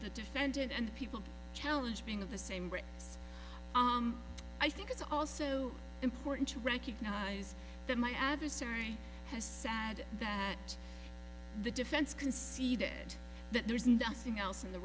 the defendant and people challenge being of the same but i think it's also important to recognize that my adversary has sad that the defense conceded that there's nothing else in the